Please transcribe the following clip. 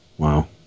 Wow